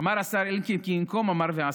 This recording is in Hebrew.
אמר השר אלקין כי ינקום, אמר ועשה.